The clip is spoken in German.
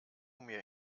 mir